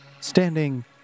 standing